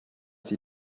sie